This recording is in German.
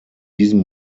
diesem